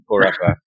forever